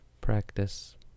practice